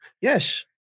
Yes